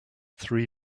three